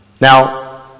Now